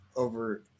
over